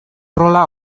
rola